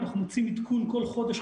אנחנו מוציאים עדכון כל חודש,